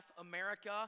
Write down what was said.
America